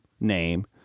name